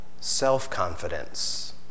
self-confidence